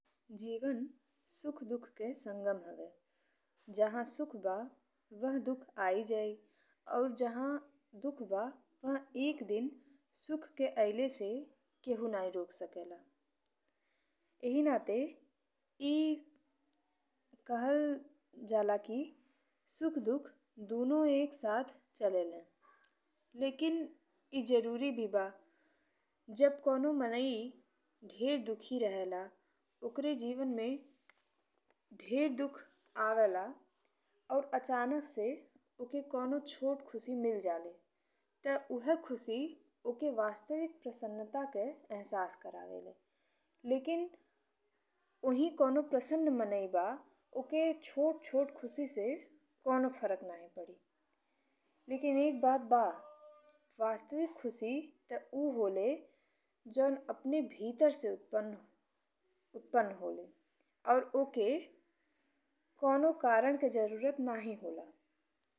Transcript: जीवन सुख-दुःख के संगम हवे। जहाँ सुख बा वह सुख आइ जाइ और जहाँ सुख बा वह एक दिन सुख के अइले से केहू नहीं रोक सकेला एही नाते ए खाली जाला कि सुख दुःख दुनो एक साथ चलेले। लेकिन ई जरूरी भी बा। जब कउनो मनई ढेर दुखी रहेला, ओकरे जीवन में ढेर दुःख आवेला और अचानक से ओके कउनो छोट खुशी मिल जाले ते उहे खुशी ओके वास्तविक प्रसन्नता के एहसास करावेले, लेकिन ओही कउनो प्रसन्न मनई बा ओके छोट छोट खुशी से कउनो फर्क नहीं पड़ी। लेकिन एक बात बा वास्तविक खुशी ते उ होले जौं अपने भीतर से उत्पन्न होले और ओके कउनो कारण के जरूरत नहीं होला।